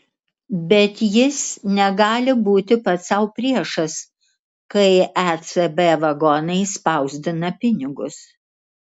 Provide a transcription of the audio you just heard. bet jis negali būti pats sau priešas kai ecb vagonais spausdina pinigus